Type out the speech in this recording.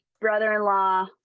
brother-in-law